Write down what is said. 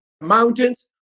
mountains